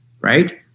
right